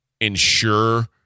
ensure